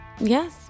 Yes